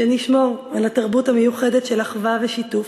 שנשמור על התרבות המיוחדת של אחווה ושיתוף,